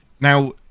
Now